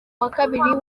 wakabiri